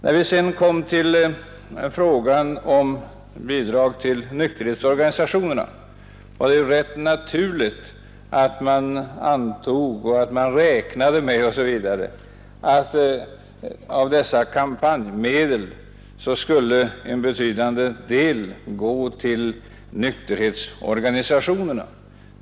När vi sedan kom till frågan om bidrag till nykterhetsorganisationerna var det rätt naturligt att vi räknade med att en betydande del av de nämnda kampanjmedlen skulle gå till dessa.